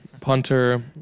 punter